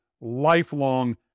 lifelong